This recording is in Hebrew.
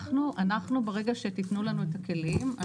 ברגע שתתנו לנו את הכלים,